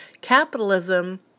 Capitalism